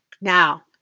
Now